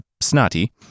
snotty